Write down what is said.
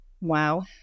wow